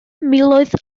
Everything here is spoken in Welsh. miloedd